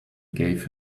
gave